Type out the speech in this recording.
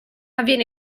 avviene